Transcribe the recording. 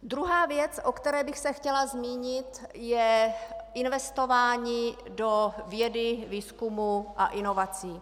Druhá věc, o které bych se chtěla zmínit, je investování do vědy, výzkumu a inovací.